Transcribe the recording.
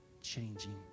changing